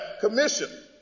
commission